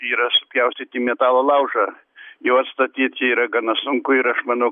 yra supjaustyti į metalo laužą jau atstatyt yra gana sunku ir aš manau